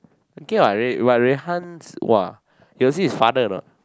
okay what but Rui-Han's !wah! you got see his father or not